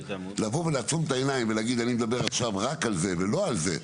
לבוא ולעצום את העניין ולהגיד "אני מדבר עכשיו רק על זה ולא על זה",